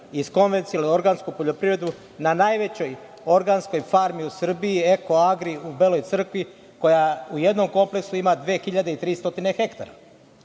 iz konvencionalne organske poljoprivrede na najvećoj organskoj farmi u Srbiji „Ekoagri“ u Beloj Crkvi, koja u jednom kompleksu ima 2.300 hektara.